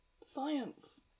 Science